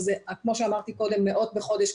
וכמו שאמרתי קודם מאות בחודש,